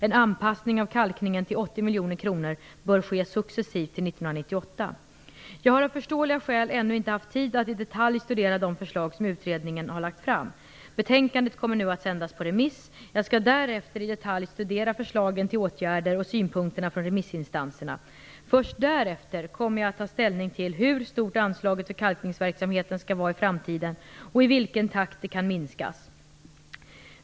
En anpassning av kalkningen till 80 miljoner kronor bör ske successivt till år 1998. Jag har av förståeliga skäl ännu inte haft tid att i detalj studera de förslag som utredningen har lagt fram. Betänkandet kommer nu att sändas på remiss. Jag skall därefter i detalj studera förslagen till åtgärder och synpunkterna från remissinstanserna. Först därefter kommer jag att ta ställning till hur stort anslaget för kalkningsverksamheten skall vara i framtiden och i vilken takt det kan minskas.